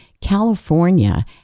California